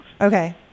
Okay